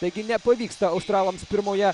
taigi nepavyksta australams pirmoje